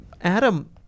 Adam